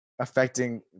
affecting